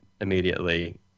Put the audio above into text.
immediately